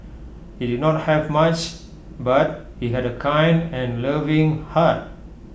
he did not have much but he had A kind and loving heart